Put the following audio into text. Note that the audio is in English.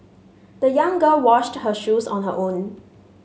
the young girl washed her shoes on her own